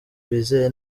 bizeye